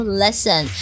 lesson